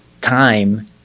time